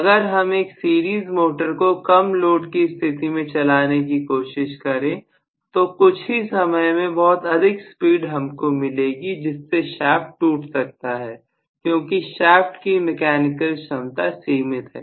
अगर हम एक सीरीज मोटर को कम लोड की स्थिति में चलाने की कोशिश करें तो कुछ ही समय में बहुत अधिक स्पीड हमको मिलेगी इससे शाफ्ट टूट सकता है क्योंकि शाफ्ट की मैकेनिकल क्षमता सीमित है